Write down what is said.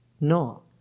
No